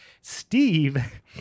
Steve